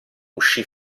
uscì